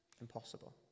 Impossible